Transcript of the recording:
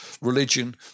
religion